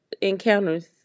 encounters